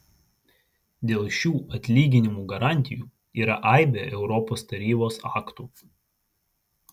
dėl šių atlyginimų garantijų yra aibė europos tarybos aktų